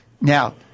Now